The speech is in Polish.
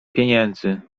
pieniędzy